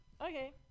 Okay